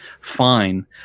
fine